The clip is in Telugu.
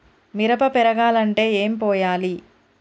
మిరప పెరగాలంటే ఏం పోయాలి?